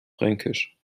fränkisch